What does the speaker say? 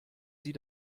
sie